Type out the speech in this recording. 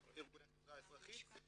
מגיעים לארגוני החברה האזרחית.